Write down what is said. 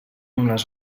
unes